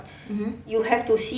mmhmm